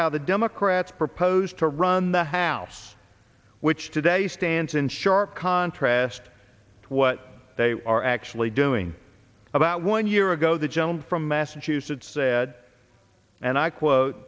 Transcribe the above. how the democrats propose to run the house which today stands in sharp contrast to what they are actually doing about one year ago the gentleman from massachusetts said and i quote